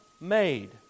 made